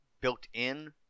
built-in